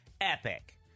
Epic